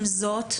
עם זאת,